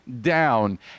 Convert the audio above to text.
down